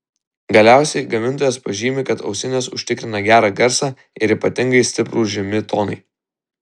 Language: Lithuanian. galiausiai gamintojas pažymi kad ausinės užtikrina gerą garsą ir ypatingai stiprūs žemi tonai